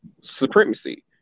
Supremacy